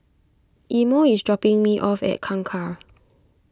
Imo is dropping me off at Kangkar